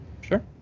Sure